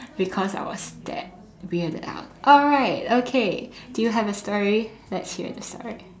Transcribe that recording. because I was that weirded out alright okay do you have a story let's hear the story